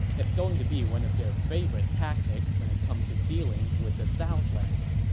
it's going to be one of their favorite tactics when it comes to dealing with the southlands